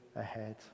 ahead